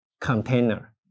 container